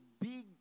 big